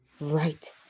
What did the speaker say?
right